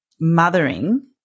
mothering